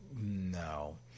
No